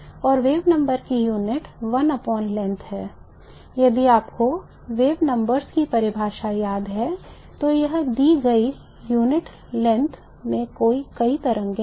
और wave number की unit 1लंबाई है यदि आपको वेव संख्याओं की परिभाषा याद है तो यह दी गई इकाई लंबाई में कई तरंगें हैं